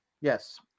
yes